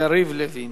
חבר הכנסת יריב לוין.